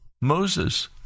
Moses